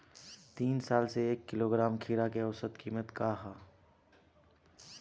तीन साल से एक किलोग्राम खीरा के औसत किमत का ह?